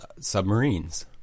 Submarines